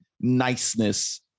niceness